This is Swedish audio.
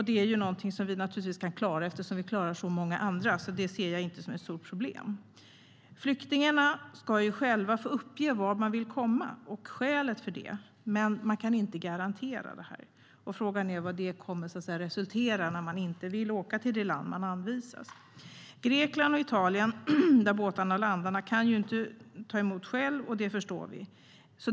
Det är något som vi naturligtvis kan klara eftersom vi klarar så många andra. Det ser jag inte som något stort problem. Flyktingarna ska själva få uppge vart de vill komma samt skälet för det, men deras önskemål kan inte garanteras. Frågan är vad det kommer att resultera i när man inte vill åka till det land man anvisas. Grekland och Italien, där båtarna landar, kan inte själva ta emot alla, det förstår vi.